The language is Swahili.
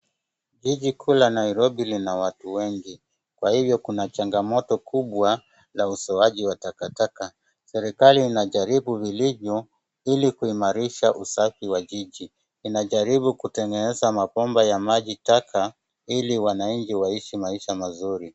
Jiji kuu la Nairobi lina watu wengi kwa hivyo kuna changamoto kubwa ya uzoaji wa takataka, serikali inajaribu vilivyo ili kuimarisha usafi wa jiji, inajaribu kutengeneza mabomba ya maji taka ili wananchi waishi maisha mazuri.